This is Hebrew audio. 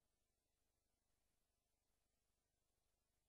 מדינה